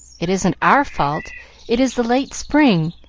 it isn't our fault it is the late spring.